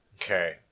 Okay